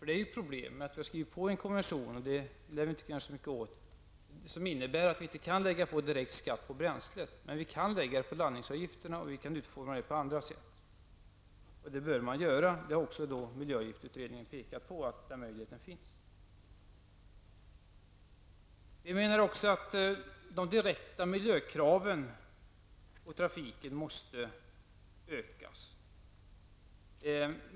Det är ett problem att vi har skrivit på en konvention, vilket vi inte lär kunna göra så mycket åt, som innebär att vi inte kan lägga på direkt skatt på bränslet. Däremot kan vi lägga skatten på landningsavgifterna, och vi kan utforma dem på annat sätt. Det bör man göra. Miljöavgiftsutredningen pekar på att den möjligheten finns. Vi menar också att de direkta miljökraven på trafiken måste ökas.